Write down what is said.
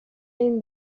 این